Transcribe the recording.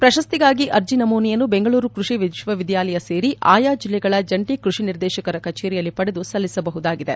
ಪ್ರಶಸ್ತಿಗಾಗಿ ಅರ್ಜಿ ನಮೂನೆಯನ್ನು ಬೆಂಗಳೂರು ಕೃಷಿ ವಿಶ್ವವಿದ್ನಾಲಯ ಸೇರಿ ಆಯಾ ಜಿಲ್ಲೆಗಳ ಜಂಟಿ ಕೃಷಿ ನಿರ್ದೇಶಕರ ಕಚೇರಿಯಲ್ಲಿ ಪಡೆದು ಸಲ್ಲಿಸಬಹುದಾಗಿದೆ